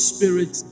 Spirit